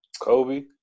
Kobe